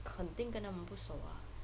肯定跟他们不熟啊